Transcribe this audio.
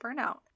burnout